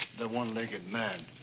the one-legged man,